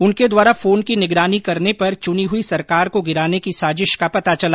उनके द्वारा फोन की निगरानी करने पर चुनी हुई सरकार को गिराने की साजिश का पता चला